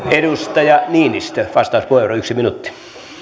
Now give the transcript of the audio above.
edustaja niinistö vastauspuheenvuoro yksi minuutti